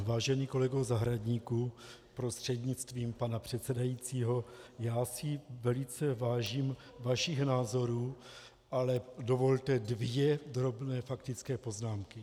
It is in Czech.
Vážený kolego Zahradníku prostřednictvím pana předsedajícího, já si velice vážím vašich názorů, ale dovolte dvě drobné faktické poznámky.